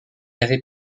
avait